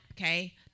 Okay